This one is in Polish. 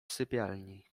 sypialni